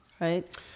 right